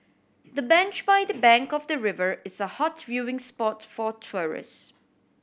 the bench by the bank of the river is a hot viewing spot for tourist